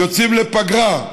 יוצאים לפגרה.